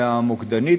והמוקדנית,